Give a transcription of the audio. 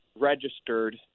registered